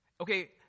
Okay